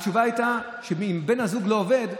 התשובה הייתה שאם בן הזוג לא עובד,